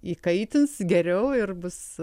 įkaitins geriau ir bus